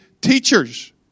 teachers